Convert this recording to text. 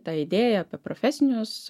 tą idėją apie profesinius